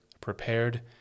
prepared